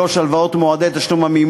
33 והוראת שעה),